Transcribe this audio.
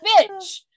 bitch